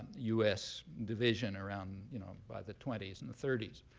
us division around you know by the twenty s and thirty s.